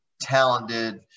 talented